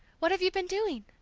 what have you been doing?